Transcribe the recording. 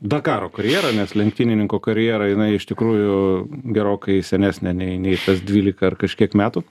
dakaro karjerą nes lenktynininko karjera jinai iš tikrųjų gerokai senesnė nei nei tas dvylika ar kažkiek metų